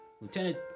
Lieutenant